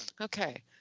Okay